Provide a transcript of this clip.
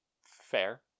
Fair